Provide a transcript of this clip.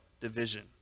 division